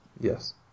Yes